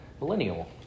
millennial